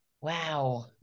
wow